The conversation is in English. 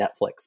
Netflix